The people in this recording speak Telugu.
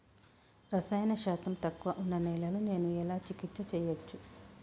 రసాయన శాతం తక్కువ ఉన్న నేలను నేను ఎలా చికిత్స చేయచ్చు?